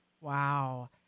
Wow